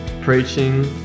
preaching